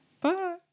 Bye